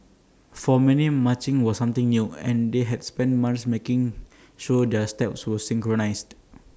for many marching was something new and they had spent months making sure their steps were synchronised